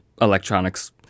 electronics